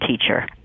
teacher